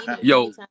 Yo